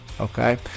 Okay